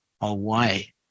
away